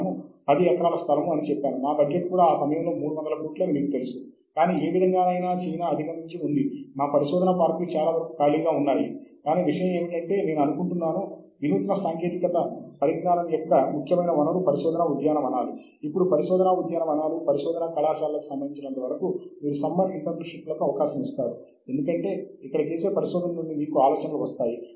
మనము మొదట ప్రాథమికంగా మన పరిశోధనా ప్రాంతంలో చాలా ముఖ్యమైన పత్రాన్ని గుర్తించాలి ఆపై మనము ఈ ప్రత్యేకమైన పత్రము ఉదహరిస్తున్న ప్రచురణలు ఏమిటో అన్నీ చూడాలి అంటే అవి భవిష్యత్తులో రాబోతున్నాయి